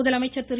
முதலமைச்சர் திரு